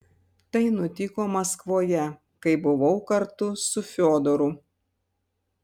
tai nutiko maskvoje kai buvau kartu su fiodoru